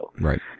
Right